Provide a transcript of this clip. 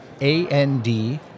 A-N-D